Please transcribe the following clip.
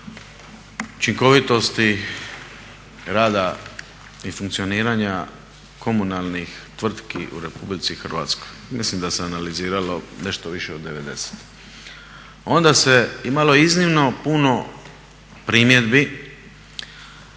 učinkovitosti rada i funkcioniranja komunalnih tvrtki u RH mislim da se analiziralo nešto više od 90. Onda se imalo iznimno puno primjedbi,